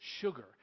sugar